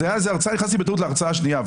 נכנסתי בטעות להרצאה השנייה.